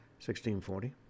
1640